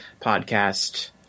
podcast